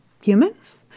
humans